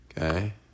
Okay